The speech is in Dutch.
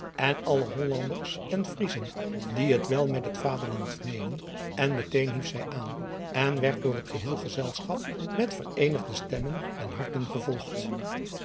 en alle ollanders en riezen die het wel met het aderland meenen en meteen hief zij aan en werd door het geheel gezelschap met vereenigde stemmen en harten gevolgd